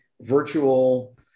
virtual